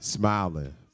Smiling